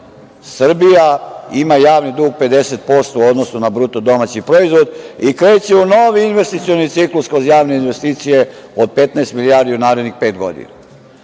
Srbija ima javni dug 50% u odnosu na BDP i kreće u novi investicioni ciklus kroz javne investicije od 15 milijardi u narednih pet godina.